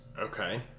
Okay